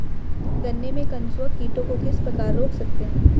गन्ने में कंसुआ कीटों को किस प्रकार रोक सकते हैं?